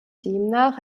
demnach